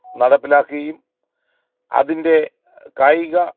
നടപ്പിലാക്കുകയും അതിൻ്റെ കായിക